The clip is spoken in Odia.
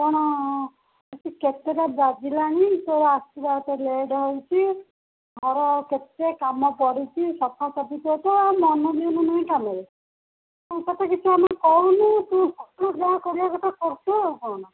କ'ଣ ଆଜି କେତେଟା ବାଜିଲାଣି ତୋର ଆସିବା ଏତେ ଲେଟ୍ ହେଉଛି ଘର କେତେ କାମ ପଡ଼ିଛି ସଫାସଫି ମନ ଧ୍ୟାନ ନାହିଁ କାମରେ କିଛି ଆମେ କହୁନୁ ତୁ ଯାହା କରିବା କଥା କରୁଛୁ ଆଉ କ'ଣ